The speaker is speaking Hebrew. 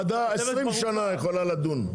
כי ועדה 20 שנים יכולה לדון.